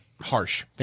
harsh